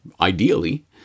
ideally